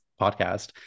podcast